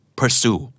pursue